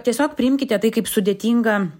tiesiog priimkite tai kaip sudėtingą